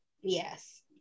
yes